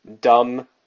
dumb